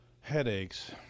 headaches